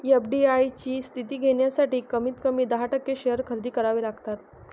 FDI ची स्थिती घेण्यासाठी कमीत कमी दहा टक्के शेअर खरेदी करावे लागतात